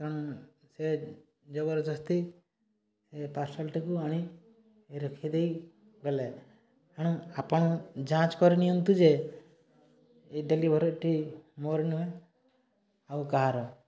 ତେଣୁ ସେ ଜବରଦସ୍ତି ପାର୍ସଲ୍ଟିକୁ ଆଣି ରଖିଦେଇ ଗଲେ ଏଣୁ ଆପଣ ଯାଞ୍ଚ୍ କରି ନିଅନ୍ତୁ ଯେ ଏ ଡେଲିଭରିଟି ମୋର ନୁହେଁ ଆଉ କାହାର